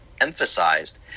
emphasized